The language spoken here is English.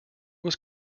was